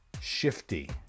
Shifty